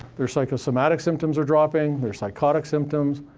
their psychosomatic symptoms are dropping, their psychotic symptoms,